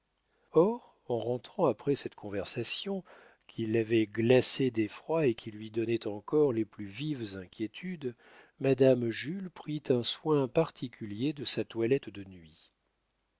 or en rentrant après cette conversation qui l'avait glacée d'effroi et qui lui donnait encore les plus vives inquiétudes madame jules prit un soin particulier de sa toilette de nuit